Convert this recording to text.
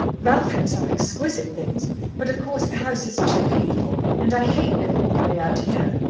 ralph had some exquisite things but, of course, the house is too hateful, and i hate living all the way out here.